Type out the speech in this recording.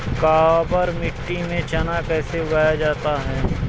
काबर मिट्टी में चना कैसे उगाया जाता है?